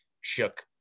shook